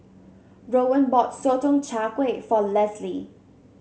Rowan bought Sotong Char Kway for Lesly